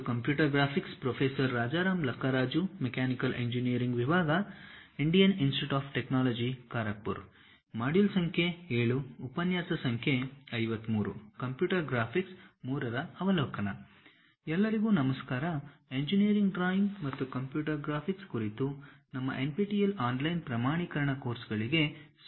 computer graphics 3 ರ ಅವಲೋಕನ ಎಲ್ಲರಿಗೂ ನಮಸ್ಕಾರ ಇಂಜಿನಿಯರಿಂಗ್ ಡ್ರಾಯಿಂಗ್ ಮತ್ತು ಕಂಪ್ಯೂಟರ್ ಗ್ರಾಫಿಕ್ಸ್ ಕುರಿತು ನಮ್ಮ ಎನ್ಪಿಟಿಇಎಲ್ ಆನ್ಲೈನ್ ಪ್ರಮಾಣೀಕರಣ ಕೋರ್ಸ್ಗಳಿಗೆ ಸ್ವಾಗತ